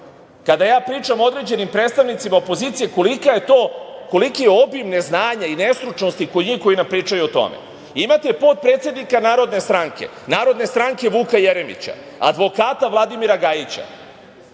kada pričam o određenim predstavnicima opozicije, koliki je to obim neznanja i nestručnosti kod njih, koji nam pričaju o tome. Imate potpredsednika Narodne stranke, Vuka Jeremića, advokata Vladimira Gajića,